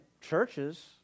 churches